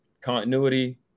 continuity